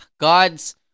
God's